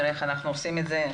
נראה איך אנחנו עושים את זה.